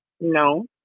No